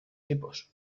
tipos